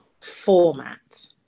format